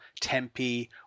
Tempe